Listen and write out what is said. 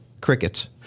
Crickets